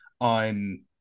on